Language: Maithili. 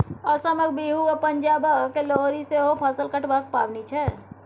असमक बिहू आ पंजाबक लोहरी सेहो फसल कटबाक पाबनि छै